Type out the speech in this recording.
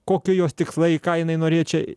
kokio jos tikslai ką jinai norė čia